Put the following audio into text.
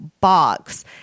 box